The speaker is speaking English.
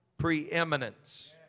Preeminence